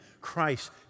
Christ